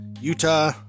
Utah